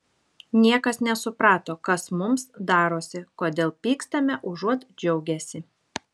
niekas nesuprato kas mums darosi kodėl pykstame užuot džiaugęsi